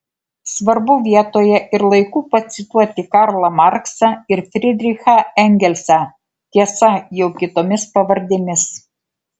svarbu vietoje ir laiku pacituoti karlą marksą ir frydrichą engelsą tiesa jau kitomis pavardėmis